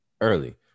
early